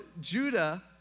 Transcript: Judah